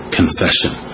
confession